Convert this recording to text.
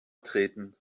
treten